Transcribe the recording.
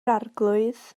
arglwydd